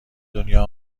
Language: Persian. دنیا